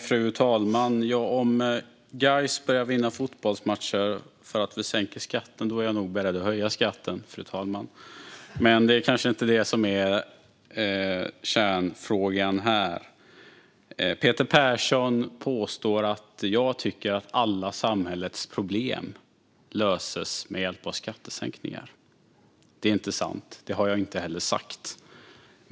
Fru talman! Om Gais börjar vinna fotbollsmatcher för att vi sänker skatten är jag nog beredd att höja den. Men det kanske inte är kärnfrågan här. Peter Persson påstår att jag tycker att alla samhällets problem löses med hjälp av skattesänkningar. Det är inte sant, och det har jag inte heller sagt.